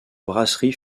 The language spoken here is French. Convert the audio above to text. brasserie